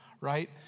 right